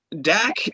Dak